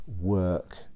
work